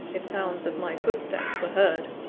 if sound of my footsteps were heard.